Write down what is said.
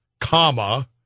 comma